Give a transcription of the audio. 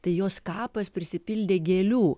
tai jos kapas prisipildė gėlių